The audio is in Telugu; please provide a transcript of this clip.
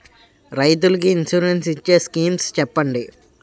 రైతులు కి ఇన్సురెన్స్ ఇచ్చే స్కీమ్స్ చెప్పండి?